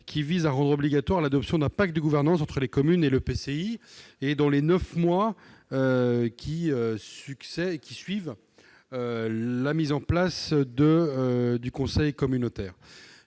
vise à rendre obligatoire l'adoption d'un pacte de gouvernance entre les communes et l'EPCI dans les neuf mois suivant la mise en place du conseil communautaire.